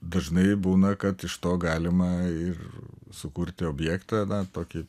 dažnai būna kad iš to galima ir sukurti objektą na tokį